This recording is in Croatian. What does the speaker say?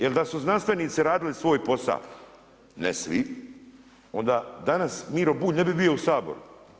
Jer da su znanstvenici radili svoj posao, ne svi, onda danas Miro Bulj ne bi bio u Saboru.